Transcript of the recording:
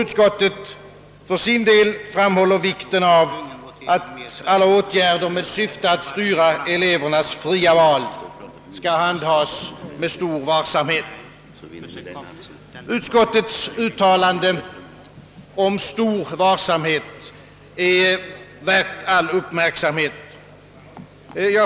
Utskottet framhåller för sin del »vikten av att alla åtgärder med syfte att styra elevernas fria val handhas med stor varsamhet». het är värt all uppmärksamhet.